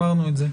אמרנו את זה.